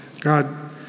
God